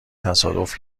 تصادف